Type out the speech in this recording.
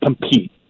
compete